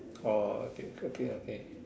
orh okay okay okay